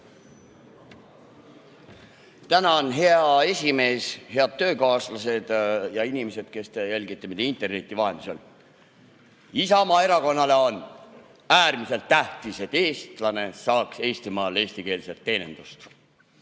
Tänan, hea esimees! Head töökaaslased ja inimesed, kes te jälgite meid interneti vahendusel! Isamaa Erakonnale on äärmiselt tähtis, et eestlane saaks Eestimaal eestikeelset teenindust.